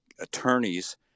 attorneys